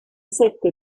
sette